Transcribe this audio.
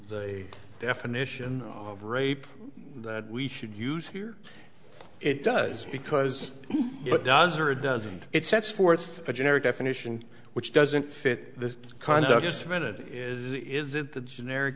the definition of rape that we should use here it does because it does or does and it sets forth a generic definition which doesn't fit the kind of just a minute is that the generic